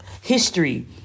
history